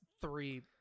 three